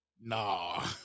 Nah